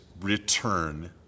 return